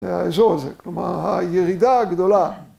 ‫זה האזור הזה, כלומר הירידה הגדולה.